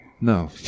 No